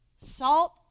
Salt